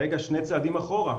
רגע שני צעדים אחורה,